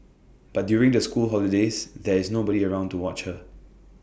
but during the school holidays there is nobody around to watch her